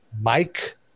Mike